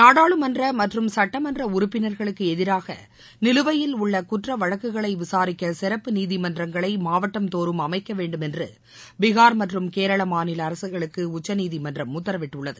நாடாளுமன்ற மற்றும் சுட்டமன்ற உறுப்பினர்களுக்கு எதிராக நிலுவையில் உள்ள குற்ற வழக்குகளை விசாரிக்க சிறப்பு நீதிமன்றங்களை மாவட்டந்தோறும் அமைக்க வேண்டும் என்று பீகார் மற்றும் கேரளா மாநில அரசுகளுக்கு உச்சநீதிமன்றம் உத்தரவிட்டுள்ளது